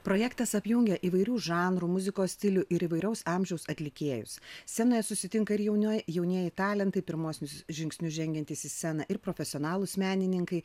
projektas apjungia įvairių žanrų muzikos stilių ir įvairaus amžiaus atlikėjus scenoje susitinka ir jauni jaunieji talentai pirmuosius žingsnius žengiantys į sceną ir profesionalūs menininkai